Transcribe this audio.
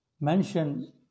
mention